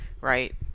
right